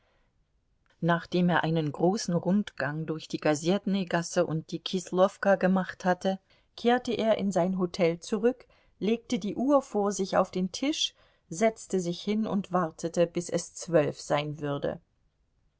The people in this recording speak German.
nachdem er einen großen rundgang durch die gasetnü gasse und die kislowka gemacht hatte kehrte er in sein hotel zurück legte die uhr vor sich auf den tisch setzte sich hin und wartete bis es zwölf sein würde